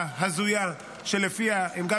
חברים, שלום שוב.